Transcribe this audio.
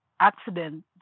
accident